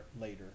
later